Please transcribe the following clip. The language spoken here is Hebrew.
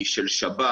היא של שב"ס.